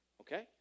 Okay